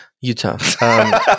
Utah